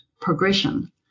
progression